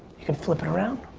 you can flip it around.